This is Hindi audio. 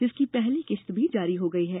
जिसकी पहली किश्त भी जारी कर दी गई है